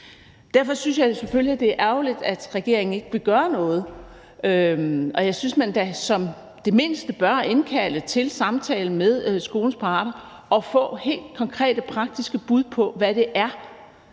Derfor synes jeg selvfølgelig, det er ærgerligt, at regeringen ikke vil gøre noget. Og jeg synes da, at man som det mindste bør indkalde til samtale med skolens parter og få helt konkrete praktiske bud på, hvad det er,